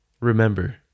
Remember